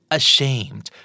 ashamed